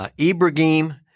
Ibrahim